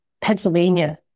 Pennsylvania